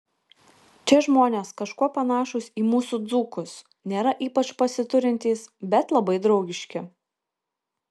čia žmonės kažkuo panašūs į mūsų dzūkus nėra ypač pasiturintys bet labai draugiški